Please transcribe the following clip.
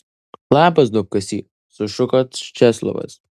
labas duobkasy sušuko česlovas